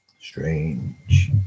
strange